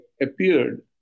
appeared